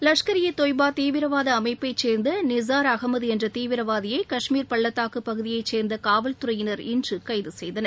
லஷ்கர் இ தொய்பா தீவிரவாத அமைப்பைச் சேர்ந்த நிசார் அகமது என்ற தீவிரவாதியை கஷ்மீர் பள்ளத்தாக்கு பகுதியைச் சேர்ந்த காவல்துறையினர் இன்று கைது செய்தனர்